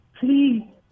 please